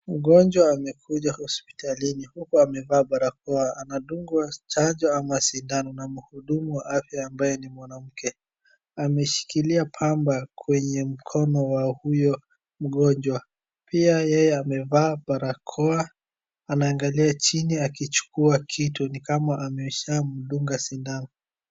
Wagonjwa wamekuja hospitalini huku amevaa barakoa anandungwa chanjo ama sindano na mhudumu wa afya ambaye ni mwanamke, ameshikilia pamba kwenye mkono wa huyo mgonjwa pia yeye amevaa barakoa anaangalia chini akichukua kitu ni kama ameshamndunga sindano.